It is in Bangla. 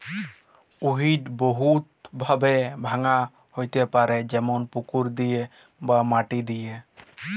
উইড বহুত ভাবে ভাঙা হ্যতে পারে যেমল পুকুর দিয়ে বা মাটি দিয়ে